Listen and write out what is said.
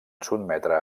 sotmetre